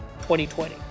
2020